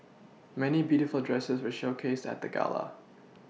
many beautiful dresses were showcased at the gala